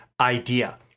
idea